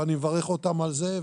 ואני מברך אותם על זה,